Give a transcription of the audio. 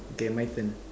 okay my turn